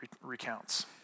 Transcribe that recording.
recounts